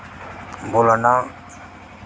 बोल्ला ना